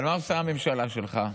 אבל מה עושה הממשלה שלך?